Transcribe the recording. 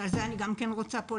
וגם על זה ארצה לדבר,